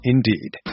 Indeed